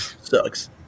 sucks